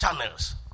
channels